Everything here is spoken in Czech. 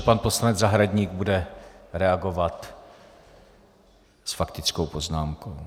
Pan poslanec Zahradník bude reagovat s faktickou poznámkou.